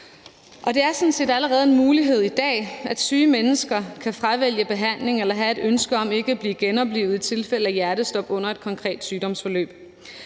set allerede en mulighed i dag, at syge mennesker kan fravælge behandling eller have et ønske om ikke blive genoplivet i tilfælde af hjertestop under et konkret sygdomsforløb.